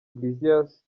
iglesias